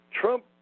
Trump